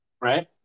Right